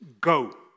go